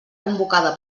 convocada